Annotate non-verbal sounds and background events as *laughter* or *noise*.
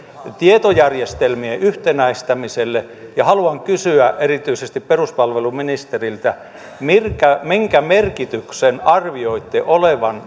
tietojärjestelmien yhtenäistämiselle haluan kysyä erityisesti peruspalveluministeriltä minkä minkä merkityksen arvioitte olevan *unintelligible*